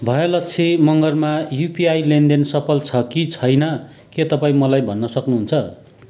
भयलक्षी मँगरमा युपिआई लेनदेन सफल छ कि छैन के तपाईँ मलाई भन्न सक्नुहुन्छ